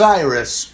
Cyrus